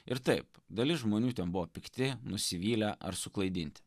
ir taip dalis žmonių ten buvo pikti nusivylę ar suklaidinti